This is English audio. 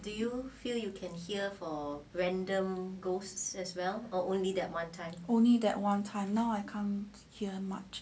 only that one time now I can't hear much